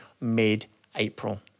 mid-April